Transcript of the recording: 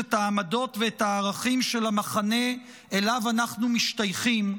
את העמדות ואת הערכים של המחנה שאליו אנחנו משתייכים,